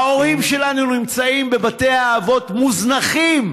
ההורים שלנו נמצאים בבתי אבות מוזנחים,